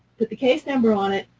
put the case number on it,